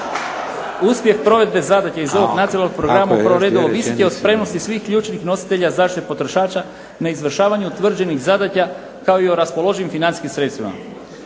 Uspjeh provedbe zadaća iz ovog nacionalnog programa u prvom redu ovisiti o spremnosti svih ključnih nositelja zaštite potrošača, neizvršavanju utvrđenih zadaća, kao i o raspoloživim financijskim sredstvima.